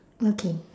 okay